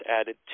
added